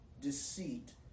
deceit